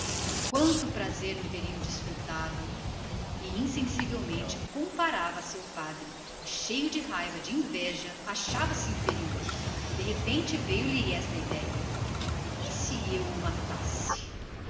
quanto prazer não teriam desfrutado instintivamente comparava se ao padre e cheio de raiva de inveja reconhecia se inferior de repente veio-lhe esta idéia e se eu o matasse